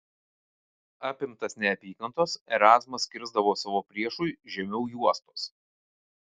apimtas neapykantos erazmas kirsdavo savo priešui žemiau juostos